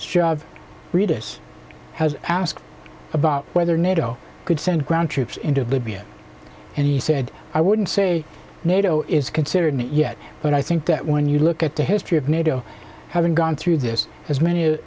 this has asked about whether nato could send ground troops into libya and he said i wouldn't say nato is considered me yet but i think that when you look at the history of nato having gone through this as many